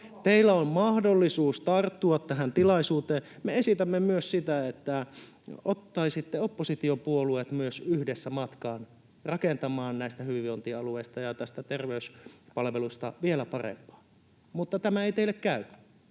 Teillä on mahdollisuus tarttua tähän tilaisuuteen. Me esitämme myös sitä, että ottaisitte oppositiopuolueet yhdessä matkaan rakentamaan hyvinvointialueista ja terveyspalveluista vielä parempaa. Mutta tämä ei teille käy.